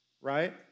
right